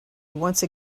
once